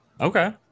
Okay